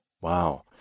Wow